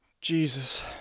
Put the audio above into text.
Jesus